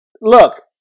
Look